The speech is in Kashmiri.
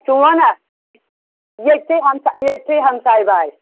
چون ہا ییٚتی ہمساے ییٚتھٕے ہَمساے باے